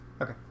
Okay